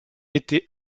été